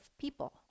people